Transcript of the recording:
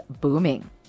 booming